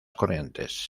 corrientes